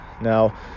Now